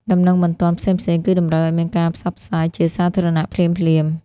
ដំណឹងបន្ទាន់ផ្សេងៗ គឺតម្រូវឲ្យមានការផ្សព្វផ្សាយជាសាធារណៈភ្លាមៗ។